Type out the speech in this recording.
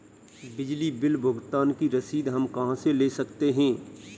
बिजली बिल भुगतान की रसीद हम कहां से ले सकते हैं?